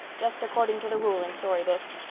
just according to the rule in story books.